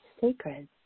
sacred